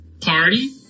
party